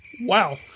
Wow